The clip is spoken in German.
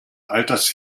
alters